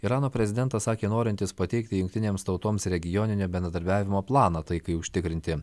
irano prezidentas sakė norintis pateikti jungtinėms tautoms regioninio bendradarbiavimo planą taikai užtikrinti